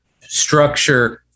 structure